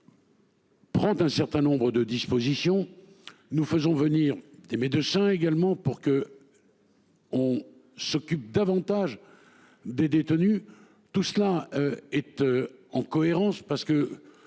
Prendre un certain nombre de dispositions. Nous faisons venir des médecins également pour que. On s'occupe davantage des détenus tout cela et tu en cohérence parce que